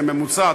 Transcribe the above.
זה ממוצע,